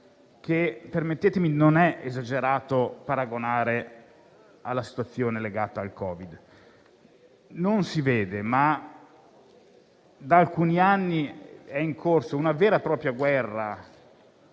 che - permettetemi - non è esagerato paragonare alla situazione legata al covid. Non si vede, ma da alcuni anni è in corso una vera e propria guerra